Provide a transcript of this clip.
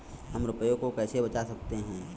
हम रुपये को कैसे बचा सकते हैं?